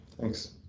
Thanks